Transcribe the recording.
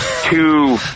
two